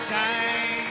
time